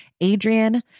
Adrian